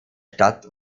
stadt